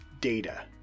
data